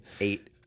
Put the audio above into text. Eight